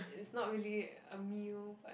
it's not really a meal